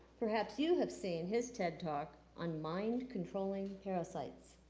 perhaps you have seen his ted talk on mind-controlling parasites.